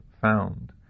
found